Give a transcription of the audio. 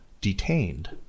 detained